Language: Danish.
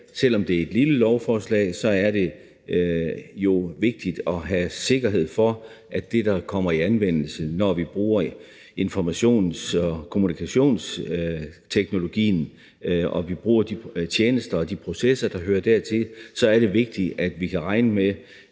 Selv om det er et lille lovforslag, er det jo vigtigt at have sikkerhed for, at vi kan regne med, at det, der kommer i anvendelse, når vi bruger informations- og kommunikationsteknologien og de tjenester og processer, der hører dertil, er det, vi forventer kan tages